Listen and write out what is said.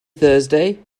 thursday